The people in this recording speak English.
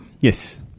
Yes